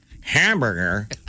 Hamburger